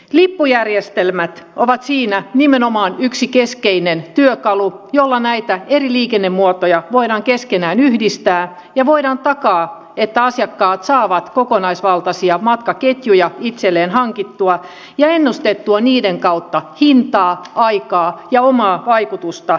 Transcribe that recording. lippujärjestelmät ovat siinä nimenomaan yksi keskeinen työkalu jolla näitä eri liikennemuotoja voidaan keskenään yhdistää ja voidaan taata että asiakkaat saavat kokonaisvaltaisia matkaketjuja itselleen hankittua ja ennustettua niiden kautta hintaa aikaa ja omaa vaikutusta ympäristöön